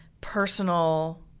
personal